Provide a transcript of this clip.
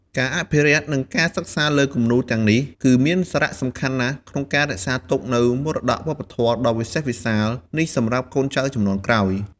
ការអភិរក្ស និងការសិក្សាលើគំនូរទាំងនេះ គឺមានសារៈសំខាន់ណាស់ក្នុងការរក្សាទុកនូវមរតកវប្បធម៌ដ៏វិសេសវិសាលនេះសម្រាប់កូនចៅជំនាន់ក្រោយ។